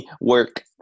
Work